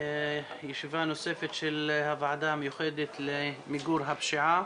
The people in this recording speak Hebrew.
ישיבה נוספת של הוועדה המיוחדת למיגור הפשיעה